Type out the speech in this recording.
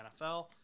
NFL